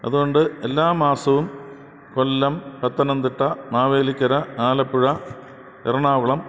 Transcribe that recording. അതുകൊണ്ട് എല്ലാമാസവും കൊല്ലം പത്തനംതിട്ട മാവേലിക്കര ആലപ്പുഴ എറണാകുളം